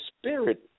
spirit